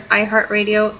iHeartRadio